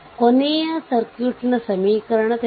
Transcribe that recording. ಇದು ಟರ್ಮಿನಲ್ 1ಮತ್ತು 2